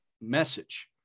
message